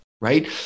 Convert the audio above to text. right